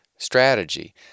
strategy